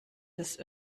des